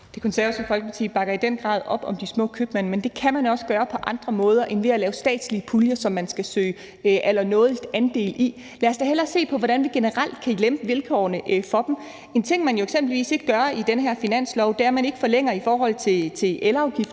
Det Konservative Folkeparti bakker i den grad op om de små købmænd, men det kan man også gøre på andre måder end ved at lave statslige puljer, som man allernådigst skal søge om at få andel i. Lad os da hellere se på, hvordan vi generelt kan lempe vilkårene for dem. En ting, man jo eksempelvis ikke gør i det her finanslovsforslag, er at forlænge det med elafgiften,